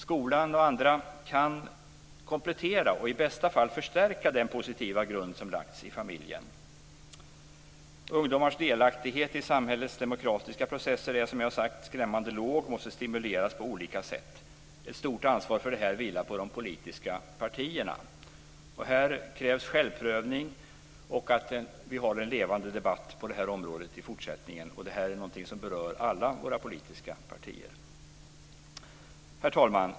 Skolan och andra kan komplettera och i bästa fall förstärka den positiva grund som lagts i familjen. Ungdomars delaktighet i samhällets demokratiska processer är, som jag sagt, skrämmande låg och måste stimuleras på olika sätt. Ett stort ansvar för det här vilar på de politiska partierna. Det krävs självprövning och att vi har en levande debatt på det här området i fortsättningen. Det är något som berör alla våra politiska partier. Herr talman!